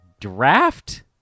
draft